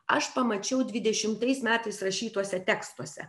aš pamačiau dvidešimtais metais rašytuose tekstuose